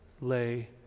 lay